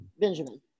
Benjamin